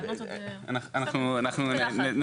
אנחנו יחד.